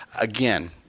again